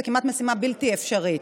זאת כמעט משימה בלתי אפשרית.